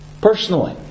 personally